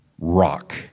Rock